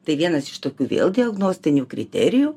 tai vienas iš tokių vėl diagnostinių kriterijų